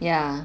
ya